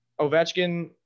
Ovechkin